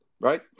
right